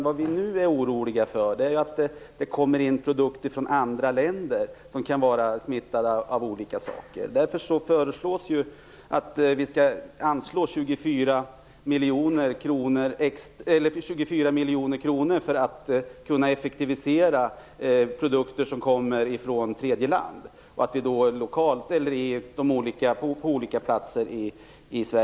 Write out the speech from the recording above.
Vad vi nu är oroliga för är att det nu från andra länder kommer in produkter som är smittade med olika saker. Därför föreslås det att vi skall anslå 24 miljoner kronor för att kunna effektivisera kontrollen av produkter som kommer från tredje land och att de pengarna skall kunna användas lokalt på olika platser i landet.